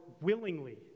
willingly